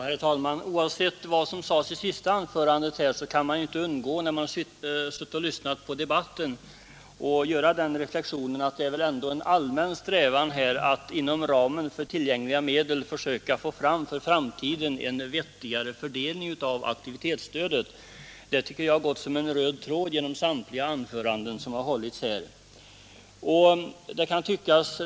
Herr talman! Oavsett vad som sades i det senaste anförandet kan man inte undgå, när man lyssnar till debatten, att göra den reflexionen att det finns väl ändå en allmän strävan att inom ramen för tillgängliga medel försöka för framtiden få till stånd en vettigare fördelning av aktivitetsstödet. Det tycker jag har gått som en röd tråd genom samtliga anföranden som har hållits här.